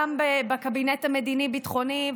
גם בקבינט המדיני-ביטחוני,